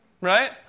Right